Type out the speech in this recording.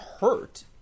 hurt